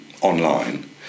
online